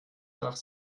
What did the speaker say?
nach